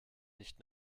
nicht